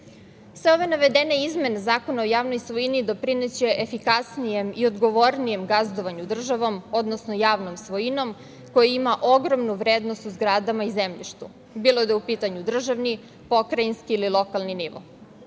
ove navedene izmene Zakona o javnoj svojini doprineće efikasnijem i odgovornijem gazdovanju državom, odnosno javnom svojinom, koja ima ogromnu vrednost u zgradama i zemljištu, bilo da je u pitanju državni, pokrajinski ili lokalni nivo. Iz